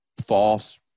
false